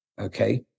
okay